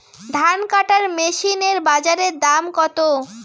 ধান কাটার মেশিন এর বাজারে দাম কতো?